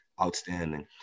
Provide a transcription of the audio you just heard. Outstanding